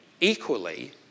equally